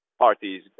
parties